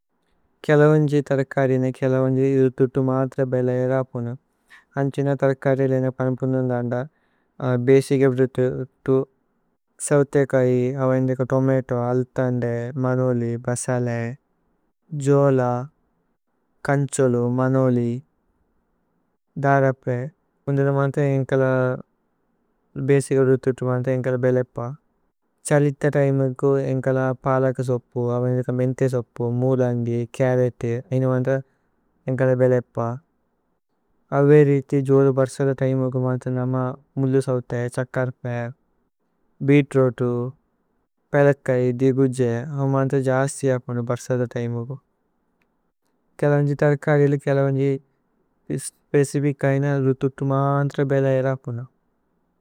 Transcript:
കേല വുന്ജി ഥര്കരി നേ കേല വുന്ജി ഇധുതുതു മത്ര। ബേല ഏരപുന അന്ഛിന ഥര്കരി ലേന പന്പുനന് ദന്ദ, ബസിച് ഇധുതുതു സൌതേ കോഇ അവൈന്നേക തോമതോ അലുഥന്ദ്। മനോലി, ബസലേ, ജോല, കന്ഛുലു, മനോലി, ദരപേ। ഉന്ദേന മന്ഥ ഏന്കല ബസിച് ഇധുതുതു മന്ഥ। ഏന്കല ബേലേപ ഛ്ഹലിഥ തിമേ ഉഗു ഏന്കല പലക। സോപ്പു അവൈന്നേക മേന്ഥേ സോപ്പു മുദന്ദി കരതേ। ഏന്കല ബേലേപ അവേ രീഥി ജോലു ബര്സല തിമേ ഉഗു। മന്ഥ നമ മുല്ലു സൌതേ ഛക്കര്പേ ബീത്രൂതു। പേലകൈ ദിഗുജ്ജേ അവമന്ഥ ജസ്തി അപുന ബര്സല। തിമേ ഉഗു കേല വുന്ജി ഥര്കരി ലേ കേല വുന്ജി। സ്പേചിഫിച് ഐന ഇധുതുതു മത്ര ബേല ഏരപുന।